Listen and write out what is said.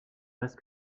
reste